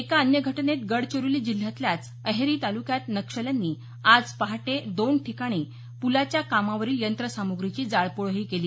एक अन्य घटनेत गडचिरोली जिल्ह्यातल्याच अहेरी तालुक्यात नक्षल्यांनी आज पहाटे दोन ठिकाणी पुलाच्या कामावरील यंत्रसामुग्रीची जाळपोळ केली